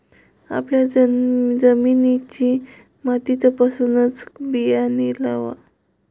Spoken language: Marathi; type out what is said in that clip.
आपल्या जमिनीची माती तपासूनच बियाणे लावा